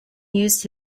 used